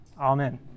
Amen